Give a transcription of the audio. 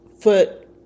foot